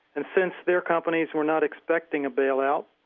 and since their companies were not expecting a bailout,